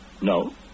No